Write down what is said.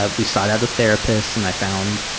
ah we sought out a therapist and i found